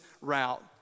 route